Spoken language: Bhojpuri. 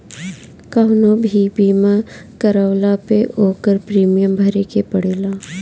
कवनो भी बीमा करवला पअ ओकर प्रीमियम भरे के पड़ेला